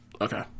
okay